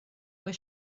was